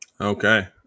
Okay